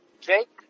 Jake